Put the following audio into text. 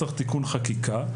צריך תיקון חקיקה.